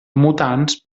mutants